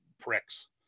pricks